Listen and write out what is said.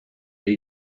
est